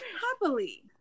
happily